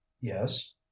yes